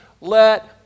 let